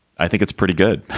i think it's pretty good.